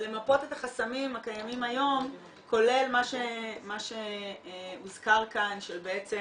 למפות את החסמים הקיימים היום כולל מה שהוזכר כאן שבעצם